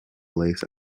lace